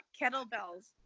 kettlebells